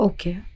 Okay